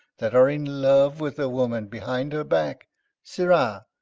that are in love with a woman behind her back sirrah,